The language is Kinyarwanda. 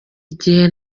igihe